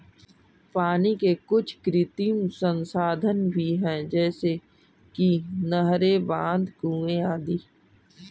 पानी के कुछ कृत्रिम संसाधन भी हैं जैसे कि नहरें, बांध, कुएं आदि